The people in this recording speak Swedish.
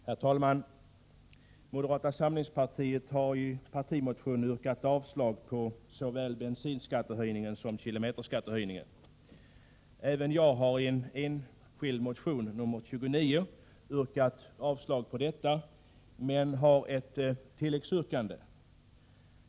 Herr talman! Moderata samlingspartiet har i en partimotion yrkat avslag på såväl förslaget om bensinskattehöjning som förslaget om kilometerskattehöjning. Jag har för min del i en enskild motion, nr 1987/88:Sk29, likaledes yrkat avslag på förslagen men har ett tilläggsyrkande.